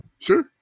Sure